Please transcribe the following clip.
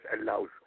allows